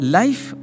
life